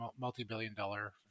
multi-billion-dollar